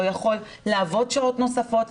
לא יכול לעבוד שעות נוספות,